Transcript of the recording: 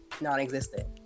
non-existent